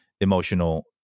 emotional